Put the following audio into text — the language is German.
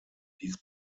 ließ